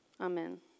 Amen